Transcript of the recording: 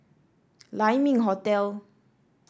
Lai Ming Hotel